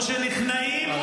או שנכנעים,